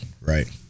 right